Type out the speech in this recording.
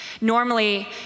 Normally